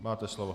Máte slovo.